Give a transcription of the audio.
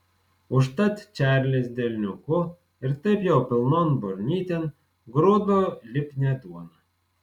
užtat čarlis delniuku ir taip jau pilnon burnytėn grūdo lipnią duoną